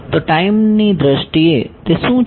તો ટાઈમની દ્રષ્ટિએ તે શું છે